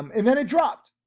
um and then it dropped.